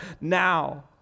now